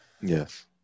Yes